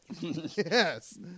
Yes